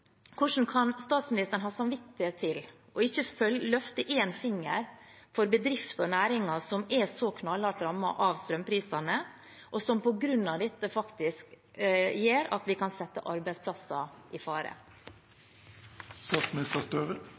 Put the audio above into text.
Hvordan kan statsministeren ha samvittighet til ikke å løfte en finger for bedrifter og næringer som er så knallhardt rammet av strømprisene, når vi på grunn av dette faktisk kan sette arbeidsplasser i